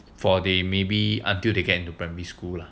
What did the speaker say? for they maybe until they get into primary school lah